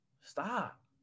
Stop